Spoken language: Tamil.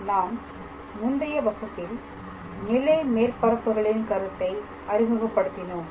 நாம் முந்தைய வகுப்பில் நிலை மேற்பரப்புகளின் கருத்தை அறிமுகப்படுத்தினோம்